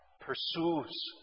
pursues